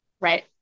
Right